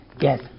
yes